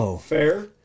fair